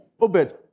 Obed